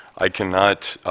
i cannot